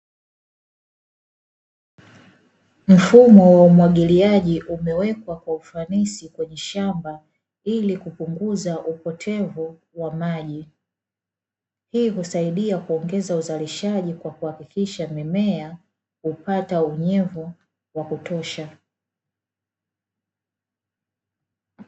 Mfumo wa umwagiliaji umewekwa Kwa ufanisi kwenye shamba ili kupunguza upotevu wa maji. Hii husaidia kuongeza uzalishaji kwa kuhakikisha mimea inapata unyevu wakutosha.